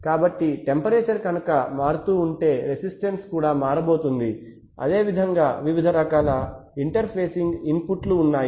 కాబట్టి టెంపరేచర్ కనుక మారుతూ ఉంటే రెసిస్టెన్స్ కూడా మారబోతోంది అదేవిధంగా వివిధ రకాల ఇంటర్ ఫేసింగ్ ఇన్పుట్లు ఉన్నాయి